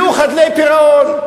יהיו חדלי פירעון.